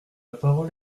parole